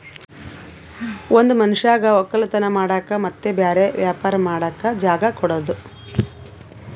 ಒಂದ್ ಮನಷ್ಯಗ್ ವಕ್ಕಲತನ್ ಮಾಡಕ್ ಮತ್ತ್ ಬ್ಯಾರೆ ವ್ಯಾಪಾರ ಮಾಡಕ್ ಜಾಗ ಕೊಡದು